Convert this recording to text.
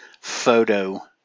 photo